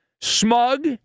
smug